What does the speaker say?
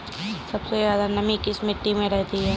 सबसे ज्यादा नमी किस मिट्टी में रहती है?